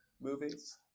movies